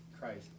Christ